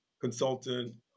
consultant